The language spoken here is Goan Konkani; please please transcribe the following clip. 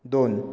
दोन